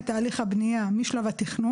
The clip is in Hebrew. המכונים מלווים את תהליך הבנייה משלב התכנון,